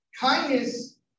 Kindness